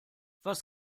was